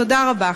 תודה רבה.